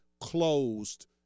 closed